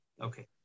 Okay